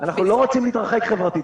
אנחנו לא רוצים להתרחק חברתית.